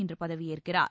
இன்று பதவியேற்கிறார்